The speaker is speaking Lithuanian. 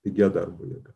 pigia darbo jėga